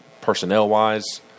personnel-wise